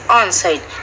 on-site